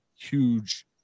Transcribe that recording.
Huge